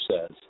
says